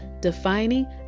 Defining